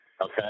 Okay